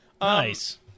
Nice